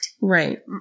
Right